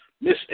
Miss